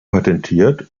patentiert